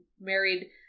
married